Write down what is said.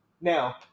Now